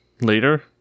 later